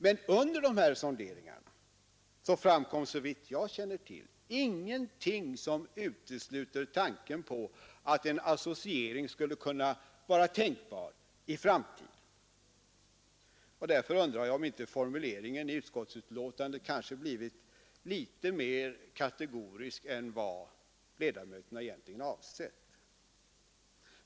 Men under dessa sonderingar framkom såvitt jag känner till ingenting som utesluter tanken på att en associering skulle kunna vara tänkbar i framtiden. Därför undrar jag om inte formuleringen i utskottsbetänkandet kanske blivit mer kategoriskt än vad ledmöterna egentligen avsett.